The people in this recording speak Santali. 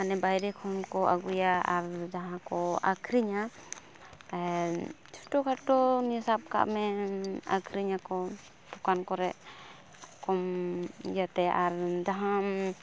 ᱢᱟᱱᱮ ᱵᱟᱭᱨᱮ ᱠᱷᱚᱱᱠᱚ ᱟᱹᱜᱩᱭᱟ ᱟᱨ ᱡᱟᱦᱟᱸᱠᱚ ᱟᱹᱠᱷᱨᱤᱧᱟ ᱪᱷᱳᱴᱚ ᱠᱷᱟᱴᱚ ᱥᱟᱵᱠᱟᱜ ᱢᱮ ᱟᱹᱠᱷᱨᱤᱧᱟᱠᱚ ᱫᱚᱠᱟᱱ ᱠᱚᱨᱮ ᱠᱚᱢ ᱤᱭᱟᱹᱛᱮ ᱟᱨ ᱡᱟᱦᱟᱱ